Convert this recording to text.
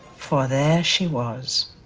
for there she was.